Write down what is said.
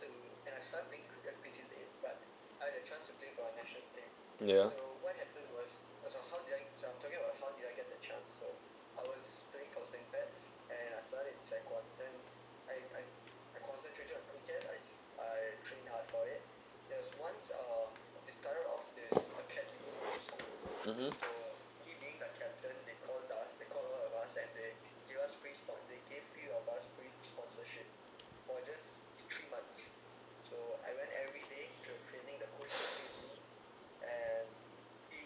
yeah (uh huh)